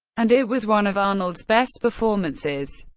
and it was one of arnold's best performances.